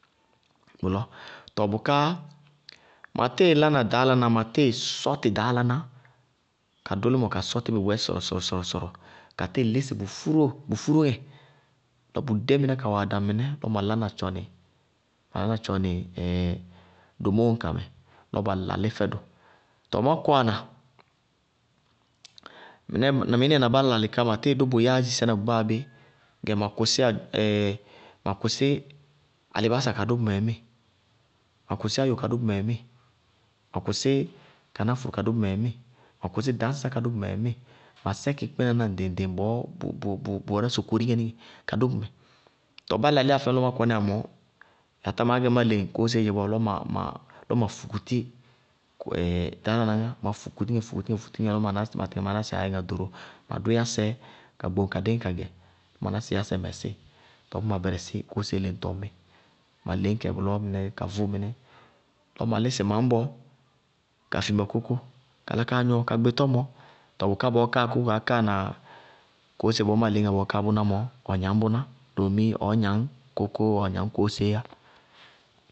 Bʋlɔɔ lɔ tɔɔ bʋká ma tíɩ lána ɖaálaná, ma tíɩ sɔtɩ ɖaálaná ka dʋ límɔ ka sɔtí bʋyɛ sɔrɔsɔrɔsɔrɔ, ka tíɩ lísɩ bʋ fúróo bʋ bu fúrúŋɛ lɔ bʋdé mɩnɛ kawɛ adaŋ mɩnɛ, lɔ ma lána tchɔnɩ domóo ŋka mɛ, lɔ ba lalí fɛdʋ. Tɔɔ má kɔwana, mɩnɩɩ na bá lalɩ ká, ma tíɩ dʋ bʋ yáádzisɛ na bʋ báa bé. Gɛ ma kʋsí alɩbása kadʋ bʋmɛ ŋmíɩ, ma kʋsí áyo kadʋ bʋmɛ ŋmíɩ, ma kʋsí kanáfʋrʋ kadʋ bʋmɛ ŋmíɩ, ma kʋsí dañsá kadʋ bʋmɛ ŋmíɩ, ma sɛkɩ kpínaná ŋɖɩŋ-ŋɖɩŋ-ŋɖɩŋ-ŋɖɩŋ bɔɔ bʋwɛná sokoriŋɛ nɩŋɛ, kadʋ bʋmɛ, tɔɔ bá lalɩyá fɛŋ lɔ má kɔníya mɔɔ yaatá maá gɛ má leŋ kóóséé dzɛ bɔɔ, lɔ ma fukutiɩ ɖaálaná ŋá lɔ ma fukutiɩ ŋɛ ka fukuti ŋɛ lɔ ma ná sɩ, ma tɩtɩŋɛ ma ná sɩ ŋa ɖoróo, lɔ ma dʋ yásɛ, ka gboŋ ka díŋí kagɛ, ma ná sɩ yásɛ mɛsíɩ, tɔɔ bʋʋ ma bɛrɛsí kóósé leñtɔɔ míɩ. m leñkɛ bʋlɔ mɩnɛ ka vʋ mɩnɛ, lɔ ma lísɩ mañbɔ kadi kókó, kala kaa gnɔɔ ka gbɩ tɔmɔɔ. Tɔɔ bʋká bɔɔ káa kóo baákáa na kóósé bɔɔ má leñŋá bʋná mɔ, ba gnañ bʋná doomi ɔɔ gañ kókó ɔɔ gañ kóóséé yá.